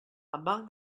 among